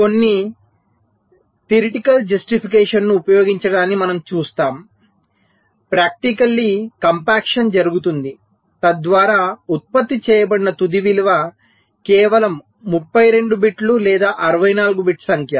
కొన్ని సైద్ధాంతిక సమర్థనను ఉపయోగించడాన్ని మనం చూస్తాము ఆచరణాత్మకంగా కంప్యాక్షన్ జరుగుతుంది తద్వారా ఉత్పత్తి చేయబడిన తుది విలువ కేవలం 32 బిట్ లేదా 64 బిట్ సంఖ్య